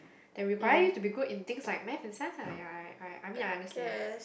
that require you to be good in things like math and science ah ya I I I mean I understand